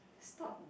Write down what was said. stop